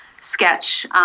sketch